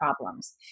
problems